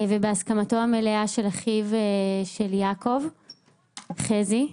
ובהסכמתו המלאה של אחיו של יעקב, חזי,